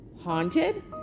haunted